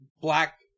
black